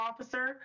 officer